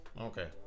Okay